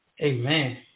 Amen